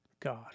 God